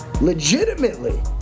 legitimately